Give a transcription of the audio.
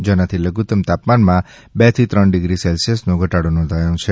જેનાથી લધુત્તમ તાપમાનમાં બેથી ત્રણ ડિગ્રી સેલ્સીયસનો ઘટાડો નોંધાયો છે